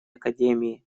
академии